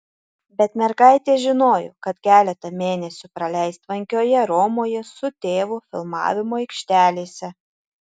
bet mergaitė žinojo kad keletą mėnesių praleis tvankioje romoje su tėvu filmavimo aikštelėse